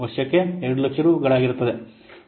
ವರ್ಷಕ್ಕೆ 200000 ರು ಗಳಾಗಿರುತ್ತದೆ